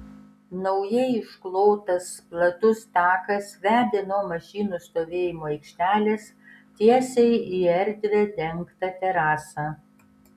naujai išklotas platus takas vedė nuo mašinų stovėjimo aikštelės tiesiai į erdvią dengtą terasą